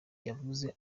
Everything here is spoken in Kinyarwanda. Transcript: yakuze